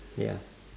ya